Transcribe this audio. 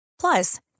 Plus